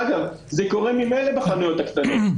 דרך אגב, ממילא זה קורה בחנויות הקטנות.